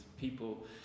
people